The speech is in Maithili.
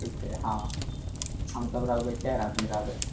ठीक छै हँ हमसब रहबै चारि आदमी रहबै